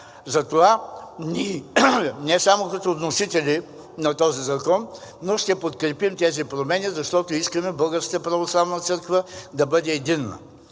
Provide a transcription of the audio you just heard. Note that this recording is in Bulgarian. Затова ние не само като вносители на този закон ще подкрепим тези промени, защото искаме Българската православна църква да бъде единна.